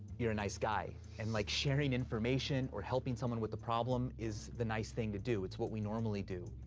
you're a nice guy and, like, sharing information or helping someone with a problem is the nice thing to do. it's what we normally do.